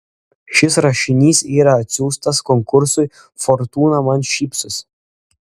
šis rašinys yra atsiųstas konkursui fortūna man šypsosi